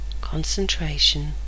concentration